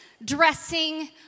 dressing